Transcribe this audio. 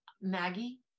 Maggie